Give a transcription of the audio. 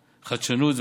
חדשנות,